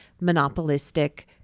monopolistic